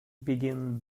begin